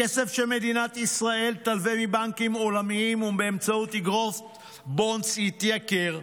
הכסף שמדינת ישראל תלווה מבנקים עולמיים ובאמצעות אגרות בונדס יתייקר,